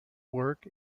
work